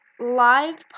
live